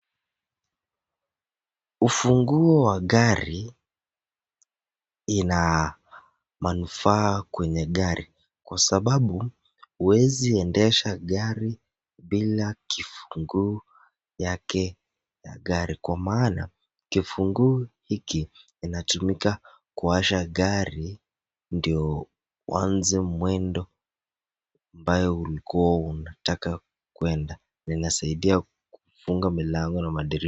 Ufunguo wa gari ina manufaa kwenye gari kwa sababu huwezi endesha gari bila kifunguo yake ya gari kwa maana, kifunguo hiki inatumika kuwasha gari ndio uanze mwendo ambayo ulikuwa unataka kuenda. Linasaidia kufunga milango na madirisha.